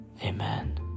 Amen